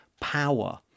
power